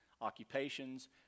occupations